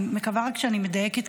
אני רק מקווה שאני מדייקת,